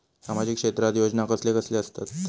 सामाजिक क्षेत्रात योजना कसले असतत?